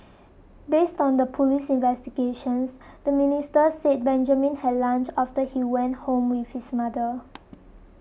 based on the police investigations the minister said Benjamin had lunch after he went home with his mother